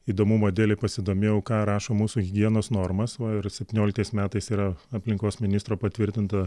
įdomumo dėlei pasidomėjau ką rašo mūsų higienos normos va ir septynioliktais metais yra aplinkos ministro patvirtinta